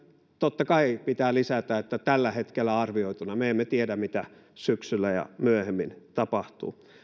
totta kai pitää lisätä tällä hetkellä arvioituna me emme tiedä mitä syksyllä ja myöhemmin tapahtuu